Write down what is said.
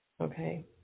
Okay